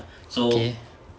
okay